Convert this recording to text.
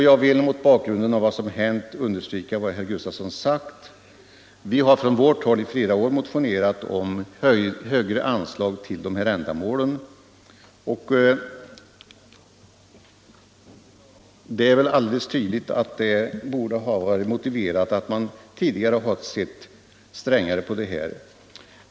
Jag vill mot bakgrund av den olycka som inträffat i dagarna understryka vad herr Gustafson sagt. Vi har från vårt håll under flera år motionerat om högre anslag till dessa ändamål. Det är väl alldeles tydligt att det hade varit motiverat att man tidigare sett positivare på detta.